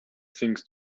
things